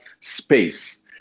space